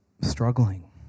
struggling